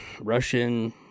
Russian